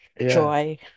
joy